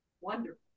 Wonderful